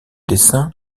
dessin